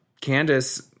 Candace